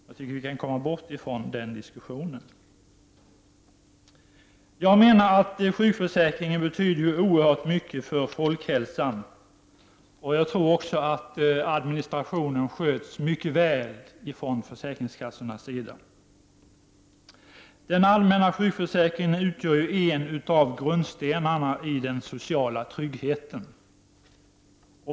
Jag tycker att vi bör komma bort från den diskussionen. Sjukförsäkringen betyder oerhört mycket för folkhälsan, och jag tror att administrationen sköts mycket väl av försäkringskassan. Den allmänna sjukförsäkringen utgör en av grundstenarna i den sociala tryggheten.